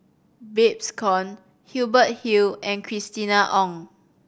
Babes Conde Hubert Hill and Christina Ong